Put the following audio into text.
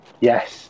Yes